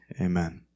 Amen